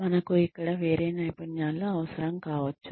మనకు ఇక్కడ వేరే నైపుణ్యాలు అవసరం కావచ్చు